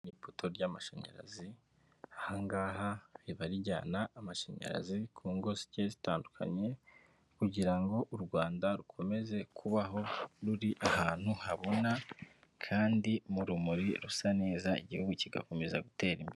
Ni ipoto ry'amashanyarazi, aha ngaha riba rijyana amashanyarazi ku ngo zigiye zitandukanye kugira ngo u Rwanda rukomeze kubaho ruri ahantu habona kandi mu rumuri rusa neza, igihugu kigakomeza gutera imbere.